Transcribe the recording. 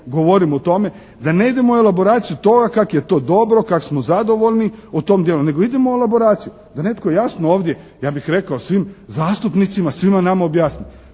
da ne idemo u elaboraciju toga kako je to dobro, kako smo zadovoljni u tom dijelu, nego idemo u elaboraciju, da netko jasno ovdje ja bih rekao svim zastupnicima, svima nama objasni